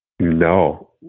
No